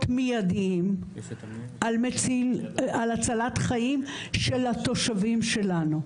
מיידיים על הצלת חיים של התושבים שלנו.